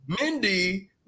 Mindy